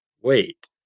wait